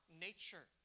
nature